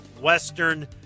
western